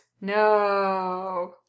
No